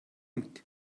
мэд